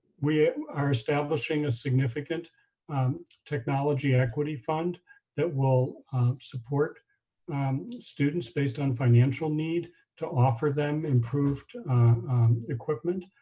we are establishing a significant technology equity fund that will support students based on financial need to offer them improved equipment,